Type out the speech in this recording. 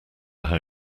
how